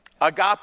Agape